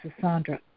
Sandra